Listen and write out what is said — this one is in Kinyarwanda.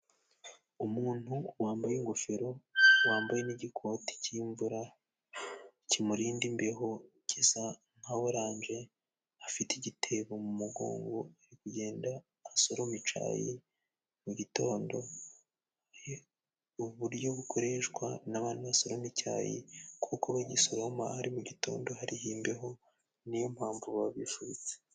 Umuntu wambaye ingofero, wambaye n'igikoti cy'imvura, kimurinda imbeho, gisa nka orange, afite igitebo mu mugongo, agenda asoroma icayi mu gitondo, uburyo bukoreshwa n'abantu basoroma n'icyayi, kuko bagisoroma ari mu gitondo, hariho imbeho, niyo mpamvu baba bifubitse.